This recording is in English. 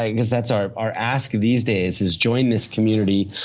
i guess, that's our our ask these days is join this community.